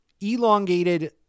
elongated